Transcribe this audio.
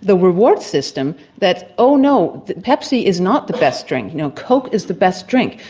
the reward system that oh no, pepsi is not the best drink, coke is the best drink.